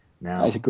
Now